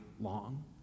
long